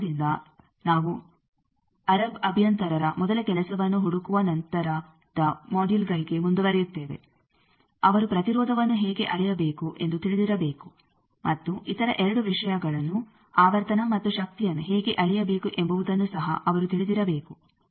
ಈ ಜ್ಞಾನದಿಂದ ನಾವು ಅರಬ್ ಅಭಿಯಂತರರ ಮೊದಲ ಕೆಲಸವನ್ನು ಹುಡುಕುವ ನಂತರದ ಮೊಡ್ಯುಲ್ಗಳಿಗೆ ಮುಂದುವರೆಯುತ್ತೇವೆ ಅವರು ಪ್ರತಿರೋಧವನ್ನು ಹೇಗೆ ಅಳೆಯಬೇಕು ಎಂದು ತಿಳಿದಿರಬೇಕು ಮತ್ತು ಇತರ 2 ವಿಷಯಗಳನ್ನು ಆವರ್ತನ ಮತ್ತು ಶಕ್ತಿಯನ್ನು ಹೇಗೆ ಅಳೆಯಬೇಕು ಎಂಬುವುದನ್ನು ಸಹ ಅವರು ತಿಳಿದಿರಬೇಕು